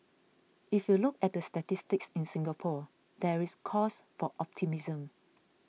if you look at the statistics in Singapore there is cause for optimism